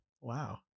Wow